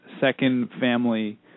second-family